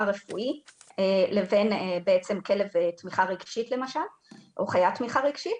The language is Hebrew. רפואי לבין כלב תמיכה רגשית למשל או חיית תמיכה רגשית,